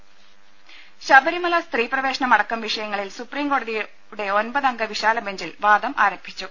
രദേഷ്ടെടു ശബരിമല സ്ത്രീപ്രവേശനമടക്കം വിഷയങ്ങളിൽ സുപ്രീം കോടതിയുടെ ഒൻപതംഗ വിശാല ബഞ്ചിൽ വാദം ആരംഭിച്ചു